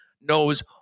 knows